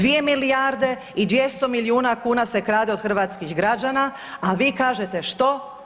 2 milijarde i 200 milijuna kuna se krade od hrvatskih građana, a vi kažete što?